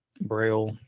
Braille